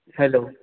hello